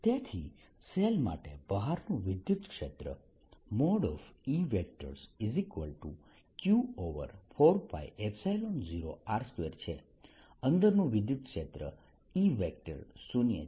4πR2Q28π0R તેથી શેલ માટે બહારનું વિદ્યુતક્ષેત્ર EQ4π0r2 છે અંદરનું વિદ્યુતક્ષેત્ર E શુન્ય છે